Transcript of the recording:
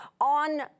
on